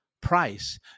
price